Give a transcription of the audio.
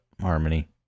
harmony